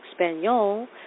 español